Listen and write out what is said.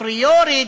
אפריורית,